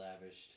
lavished